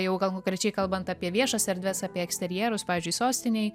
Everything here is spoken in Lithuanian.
jau gal konkrečiai kalbant apie viešas erdves apie eksterjerus pavyzdžiui sostinėj